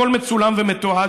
הכול מצולם ומתועד,